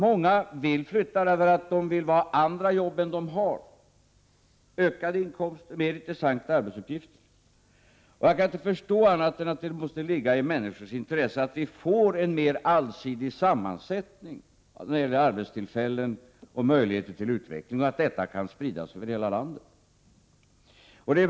Många vill flytta därför att de vill ha andra jobb — ökade inkomster och mer intressanta arbetsuppgifter. Jag kan inte förstå annat än att det måste ligga i människors intresse att vi får en mer allsidig sammansättning när det gäller arbetstillfällen och möjligheter till utveckling och att detta kan spridas över hela landet.